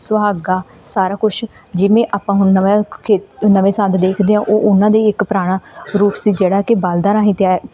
ਸੁਹਾਗਾ ਸਾਰਾ ਕੁਛ ਜਿਵੇਂ ਆਪਾਂ ਹੁਣ ਨਵਾਂ ਖੇਤੀ ਨਵੇਂ ਸੰਦ ਦੇਖਦੇ ਹਾਂ ਉਹ ਉਹਨਾਂ ਦਾ ਇੱਕ ਪੁਰਾਣਾ ਰੂਪ ਸੀ ਜਿਹੜਾ ਕਿ ਬਲਦਾਂ ਰਾਹੀਂ ਤਿਆਰ